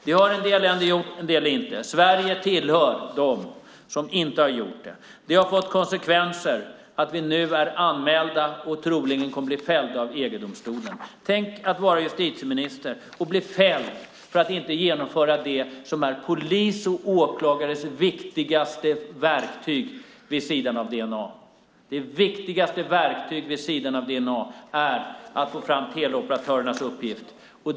Det har en del länder gjort och en del inte. Sverige tillhör dem som inte har gjort det. Det har fått konsekvensen att vi nu är anmälda till och troligen kommer att bli fällda av EG-domstolen. Tänk att vara justitieminister och bli fälld för att inte genomföra det som är polis och åklagares viktigaste verktyg vid sidan av dna. Det viktigaste verktyget vid sidan av dna är att få fram teleoperatörernas uppgifter.